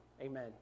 Amen